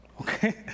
okay